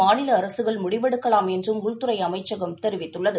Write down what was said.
மாநிலஅரசுகள் முடிவெடுக்கலாம் என்றும் உள்துறைஅமைச்சகம் தெரிவித்துள்ளது